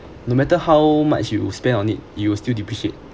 no matter how much you spend on it you will still depreciate